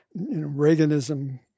Reaganism